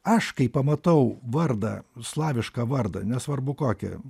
aš kai pamatau vardą slavišką vardą nesvarbu kokį